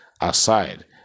aside